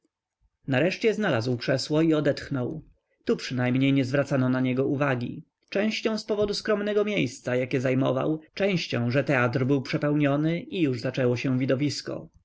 nareszcie znalazł krzesło i odetchnął tu przynajmniej nie zwracano na niego uwagi częścią z powodu skromnego miejsca jakie zajmował częścią że teatr był przepełniony i już zaczęło się widowisko